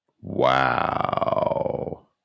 Wow